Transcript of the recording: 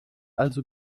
also